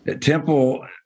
Temple